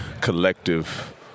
collective